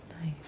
Nice